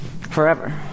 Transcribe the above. forever